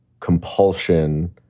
compulsion